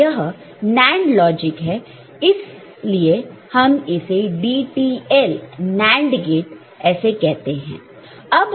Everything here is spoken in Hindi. तो यह NAND लॉजिक है इसलिए हम इसे DTL NAND गेट इसे कहते हैं